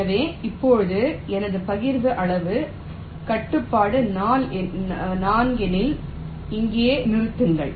எனவே இப்போது எனது பகிர்வு அளவு கட்டுப்பாடு 4 எனில் இங்கே நிறுத்துங்கள்